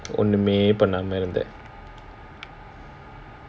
ஒண்ணுமே பண்ணாம இருந்த:onnumae pannaama iruntha